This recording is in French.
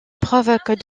provoque